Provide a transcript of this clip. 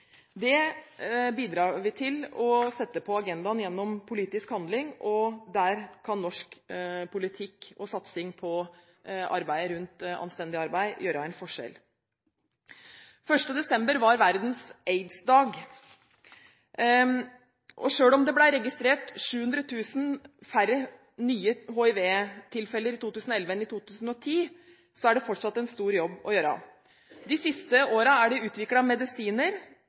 Det bidrar vi til å sette på agendaen gjennom politisk handling, og der kan norsk politikk og satsing på anstendig arbeid gjøre en forskjell. Den 1. desember var verdens aidsdag, og selv om det ble registrert 700 000 færre nye hiv-tilfeller i 2011 enn i 2010, er det fortsatt en stor jobb å gjøre. De siste årene er det utviklet medisiner